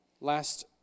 Last